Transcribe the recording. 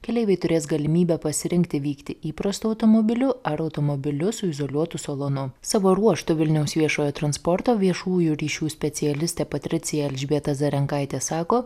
keleiviai turės galimybę pasirinkti vykti įprastu automobiliu ar automobiliu su izoliuotu salonu savo ruožtu vilniaus viešojo transporto viešųjų ryšių specialistė patricija elžbieta zarankaitė sako